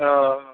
ओ